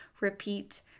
repeat